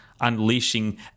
unleashing